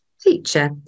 Teacher